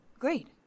Great